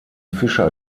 fischer